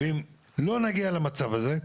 אם לא נגיע למצב הזה,